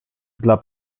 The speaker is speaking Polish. dla